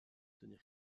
tenir